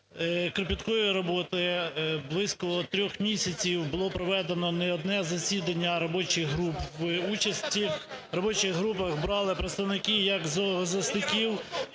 кропіткої роботи близько трьох місяців було проведено не одне засідання робочих груп. В участі робочих груп брали представники як зоозахисників,